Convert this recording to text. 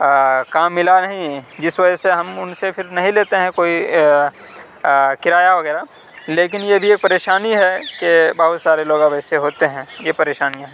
کام ملا نہیں جس وجہ سے ہم ان سے پھر نہیں لیتے ہیں کوئی کرایہ وغیرہ لیکن یہ بھی ایک پریشانی ہے کہ بہت سارے لوگ اب ایسے ہوتے ہیں یہ پریشانیاں ہیں